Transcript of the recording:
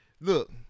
Look